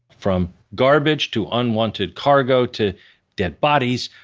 from garbage to unwanted cargo to dead bodies,